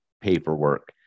paperwork